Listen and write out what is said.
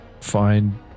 find